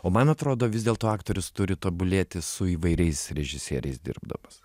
o man atrodo vis dėlto aktorius turi tobulėti su įvairiais režisieriais dirbdamas